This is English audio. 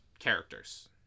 Characters